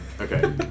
Okay